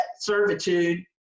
servitude